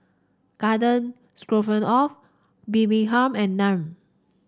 Garden Stroganoff Bibimbap and Naan